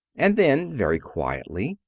and then, very quietly,